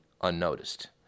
unnoticed